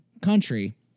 country